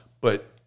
but-